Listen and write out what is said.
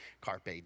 carpe